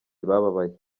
bababaye